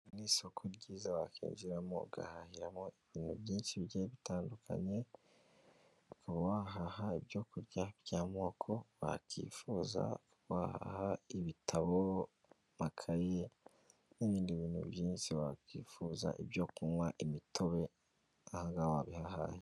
Ni isoko ryiza wakinjiramo ugahahiramo ibintu byinshi bitandukanye uka wahaha ibyokurya by'amoko wakifuza waha ibitabo, amakayi n'ibindi bintu byinshi wakwifuza ibyo kunywa imitobe wabihahaye.